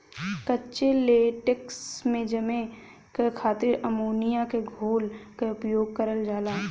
कच्चे लेटेक्स के जमे क खातिर अमोनिया क घोल क उपयोग करल जाला